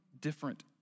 different